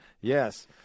yes